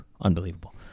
unbelievable